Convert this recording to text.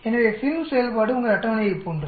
எனவே FINV செயல்பாடு உங்கள் அட்டவணையைப் போன்றது